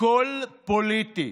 הכול פוליטי,